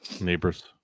neighbors